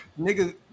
nigga